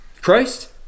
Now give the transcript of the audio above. Christ